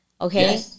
Okay